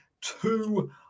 two